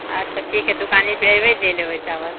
अच्छा ठीक है दुकाने पर एबै लए लेबै चावल